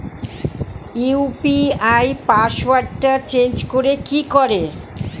UPI পাসওয়ার্ডটা change করে কি করে?